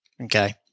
okay